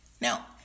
Now